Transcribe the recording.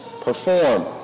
perform